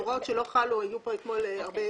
ההוראות שלא חלו היו פה אתמול הרבה